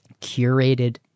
curated